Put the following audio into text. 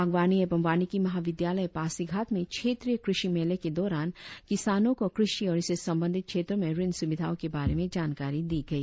बागवानी एवं वानिकी महाविद्यालय पासीघाट में क्षेत्रीय क़षि मेले के दौरान किसानों को क़षि और इससे संबंधित क्षेत्रों में ऋण स़ुविधाओं के बारे में जानकारी दी गई